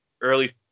early